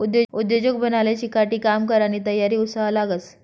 उद्योजक बनाले चिकाटी, काम करानी तयारी, उत्साह लागस